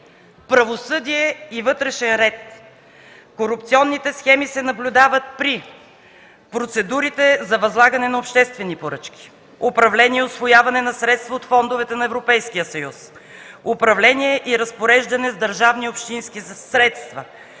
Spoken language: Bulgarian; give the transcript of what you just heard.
„Правосъдие и вътрешен ред. Корупционните схеми се наблюдават при процедурите за възлагане на обществени поръчки, управление и усвояване на средства от фондовете на Европейския съюз, управление и разпореждане с държавни и общински средства,